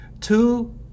Two